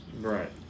Right